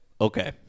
Okay